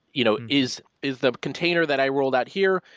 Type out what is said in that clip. you know is is the container that i rolled out here,